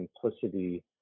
simplicity